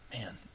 Man